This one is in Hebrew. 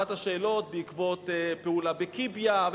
אחת השאלות בעקבות פעולה בקיביה,